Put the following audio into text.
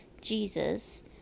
Jesus